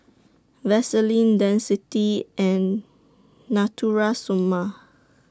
Vaselin Dentiste and Natura Stoma